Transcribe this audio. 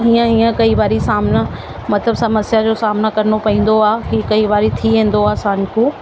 हीअं हीअं कई बारी सामिनो मतिलबु समस्या जो सामिनो करिणो पवंदो आहे हीउ कई बारी थी वेंदो आहे असां खां